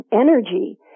energy